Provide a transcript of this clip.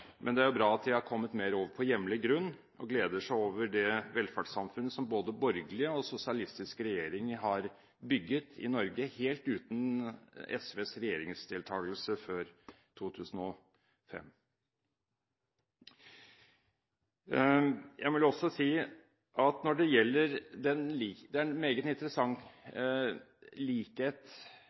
men det er bra at de har kommet over på mer hjemlig grunn og gleder seg over det velferdssamfunnet som både borgerlige og sosialistiske regjeringer har bygget i Norge helt uten SVs regjeringsdeltakelse før 2005. Jeg vil også si at det er et meget interessant